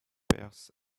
pears